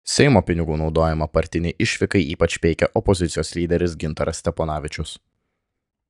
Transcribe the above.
seimo pinigų naudojimą partinei išvykai ypač peikė opozicijos lyderis gintaras steponavičius